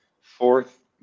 Fourth